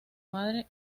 madre